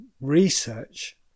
research